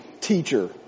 teacher